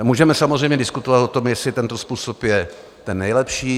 Můžeme samozřejmě diskutovat o tom, jestli tento způsob je ten nejlepší.